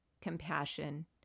compassion